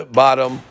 bottom